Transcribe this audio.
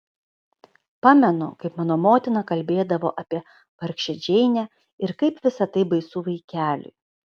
pamenu kaip mano motina kalbėdavo apie vargšę džeinę ir kaip visa tai baisu vaikeliui